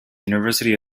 university